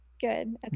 Good